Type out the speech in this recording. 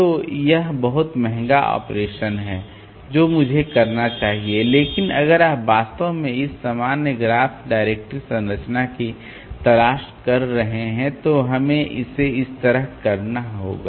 तो यह बहुत महंगा ऑपरेशन है जो मुझे कहना चाहिए लेकिन अगर आप वास्तव में इस सामान्य ग्राफ डायरेक्टरी संरचना की तलाश कर रहे हैं तो हमें इसे इस तरह करना होगा